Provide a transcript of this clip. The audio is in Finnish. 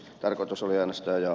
tarkoitus oli äänestää jaa